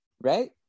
Right